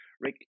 Rick